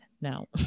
no